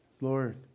Lord